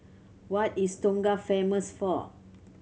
what is Tonga famous for